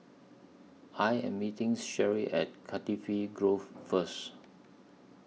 I Am meeting Sherry At Cardifi E Grove First